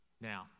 Now